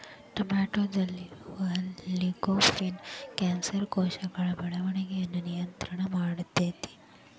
ಟೊಮೆಟೊದಲ್ಲಿರುವ lycopene cancer ಕೋಶಗಳ ಬೆಳವಣಿಗಯನ್ನ ನಿಯಂತ್ರಣ ಮಾಡ್ತೆತಿ